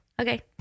Okay